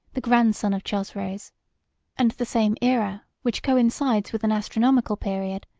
the grandson of chosroes and the same aera, which coincides with an astronomical period,